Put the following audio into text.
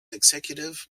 executive